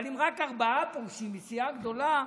אבל אם רק ארבעה פורשים מסיעה גדולה,